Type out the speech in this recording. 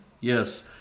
Yes